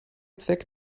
zweck